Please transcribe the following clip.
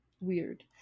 weird